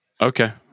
okay